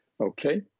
Okay